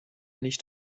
nicht